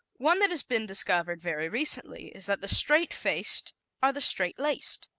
one that has been discovered very recently is that the straight-faced are the straight-laced.